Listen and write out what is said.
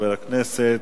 חבר הכנסת